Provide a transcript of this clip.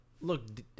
Look